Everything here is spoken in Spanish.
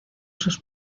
sus